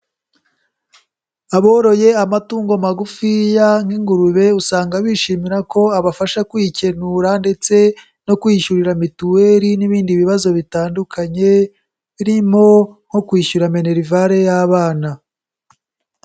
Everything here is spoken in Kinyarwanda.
Aboroye amatungo magufiya nk'ingurube, usanga bishimira ko abafasha kwikenura ndetse no kwiyishyurira mituweli n'ibindi bibazo bitandukanye, birimo nko kwishyura minerivare y'abana.